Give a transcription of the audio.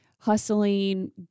hustling